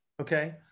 okay